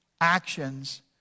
actions